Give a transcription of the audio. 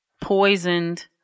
poisoned